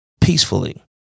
peacefully